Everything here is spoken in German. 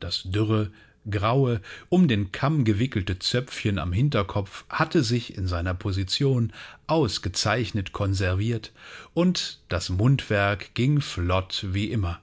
das dünne graue um den kamm gewickelte zöpfchen am hinterkopf hatte sich in seiner position ausgezeichnet konserviert und das mundwerk ging flott wie immer